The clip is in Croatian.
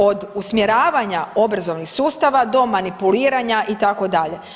Od usmjeravanja obrazovanja sustava do manipuliranja itd.